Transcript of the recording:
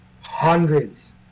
hundreds